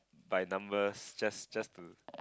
by numbers just just to